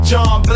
John